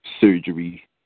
surgery